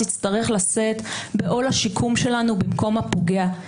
תצטרך לשאת בעול השיקום שלנו במקום הפוגע.